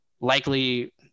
likely